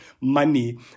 money